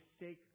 mistake